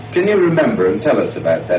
can you remember and tell us about